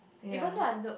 even though I don't